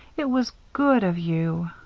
it was good of you.